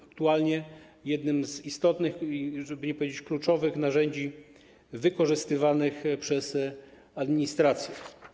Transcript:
Aktualnie jest jednym z istotnych, żeby nie powiedzieć: kluczowych, narządzi wykorzystywanych przez administrację.